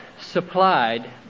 supplied